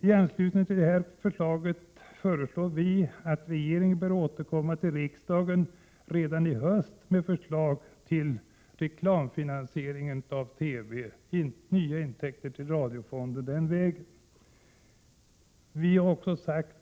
I anslutning till detta förslag bör regeringen återkomma till riksdagen redan i höst med förslag om nya intäkter till radiofonden genom reklam.